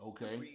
Okay